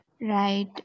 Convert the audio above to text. Right